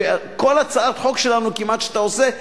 כמעט כל הצעת חוק שאתה עושה,